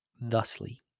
thusly